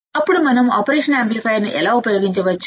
అప్పుడు మనం ఆపరేషన్ యాంప్లిఫైయర్ను ఎలా ఉపయోగించవచ్చు